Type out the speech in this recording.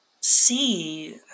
see